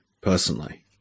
personally